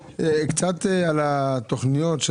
קצת על התכניות על הקורונה,